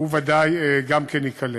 הוא ודאי גם כן ייכלל.